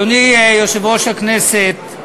אדוני יושב-ראש הכנסת,